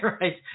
Right